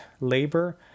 labor